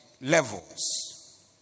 levels